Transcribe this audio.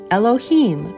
Elohim